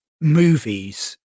movies